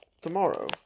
tomorrow